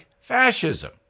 fascism